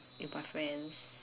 with my friends